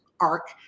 arc